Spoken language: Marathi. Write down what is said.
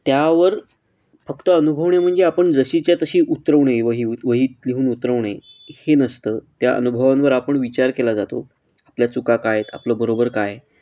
त्यावर फक्त अनुभवणे म्हणजे आपण जशीच्या तशी उतरवणे वही वहीत लिहून उतरवणे हे नसतं त्या अनुभवांवर आपण विचार केला जातो आपल्या चुका काय आहेत आपलं बरोबर काय